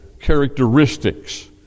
characteristics